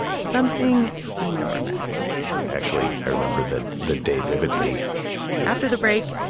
something enormous actually, i remember the the day vividly after the break,